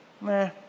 meh